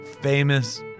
famous